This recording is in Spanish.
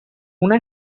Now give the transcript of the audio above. una